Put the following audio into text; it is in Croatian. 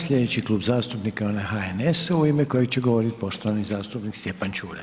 Sljedeći klub zastupnika je onaj HNS-a u ime kojeg će govoriti poštovani zastupnik Stjepan Čuraj.